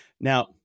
Now